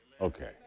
okay